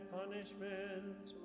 punishment